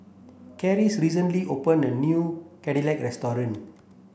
Clarice recently opened a new Chigenabe restaurant